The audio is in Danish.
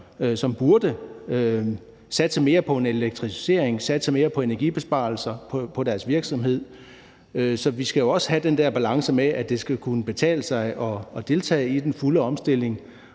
som burde satse mere på en elektrificering, satse mere på energibesparelserne på deres virksomhed. Så vi skal jo også have den der balance med, at det skal kunne betale sig at deltage i den fulde omstilling